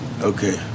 Okay